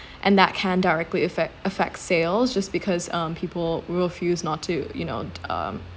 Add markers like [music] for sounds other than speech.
[breath] and that can directly affect affect sales just because um people will refuse not to you know um